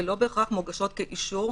לא בהכרח מוגשות כאישור.